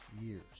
years